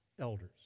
elders